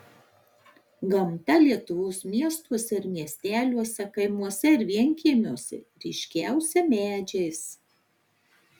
gamta lietuvos miestuose ir miesteliuose kaimuose ir vienkiemiuose ryškiausia medžiais